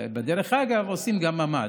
בדרך אגב עושים גם ממ"ד,